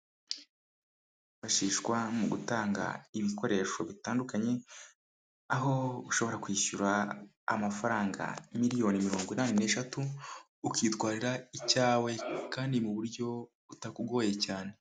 Wifashishwa mu gutanga ibikoresho bitandukanye, aho ushobora kwishyura amafaranga miliyoni mirongo inani n'eshatu, ukitwarira icyawe, kandi mu buryo butakugoye cyane.